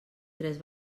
tres